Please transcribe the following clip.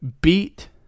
beat